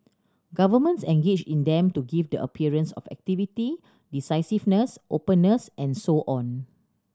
governments engage in them to give the appearance of activity decisiveness openness and so on